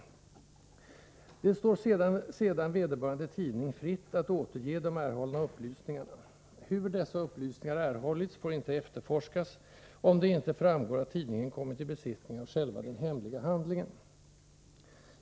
Det står sedan vederbörande tidning fritt att återge de erhållna upplysningarna. Hur dessa upplysningar erhållits får inte efterforskas, om det inte framgår att tidningen kommit i besittning av själva den hemliga handlingen.